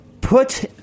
Put